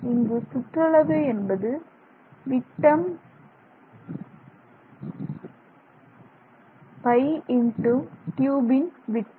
இங்கு சுற்றளவு என்பது திட்டம் π× ட்யூபின் விட்டம்